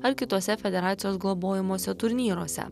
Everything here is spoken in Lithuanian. ar kitose federacijos globojamuose turnyruose